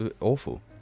awful